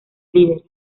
líderes